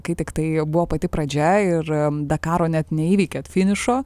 kai tiktai buvo pati pradžia ir dakaro net neįveikėt finišo